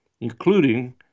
including